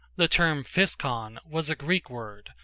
the term physcon was a greek word,